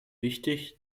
wichtig